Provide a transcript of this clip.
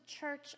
church